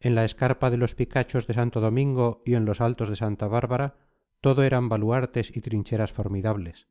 en la escarpa de los picachos de santo domingo y en los altos de santa bárbara todo era baluartes y trincheras formidables